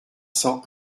cent